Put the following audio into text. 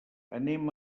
anem